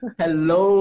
hello